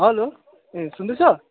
hello ए सुन्दैछ